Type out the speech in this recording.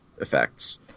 effects